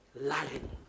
lying